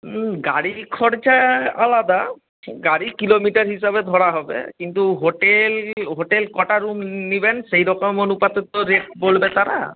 গাড়ির খরচা আলাদা গাড়ি কিলোমিটার হিসাবে ধরা হবে কিন্তু হোটেল হোটেল কটা রুম নিবেন সেই রকম অনুপাতে তো রেট বলবে তারা